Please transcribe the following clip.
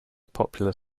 popular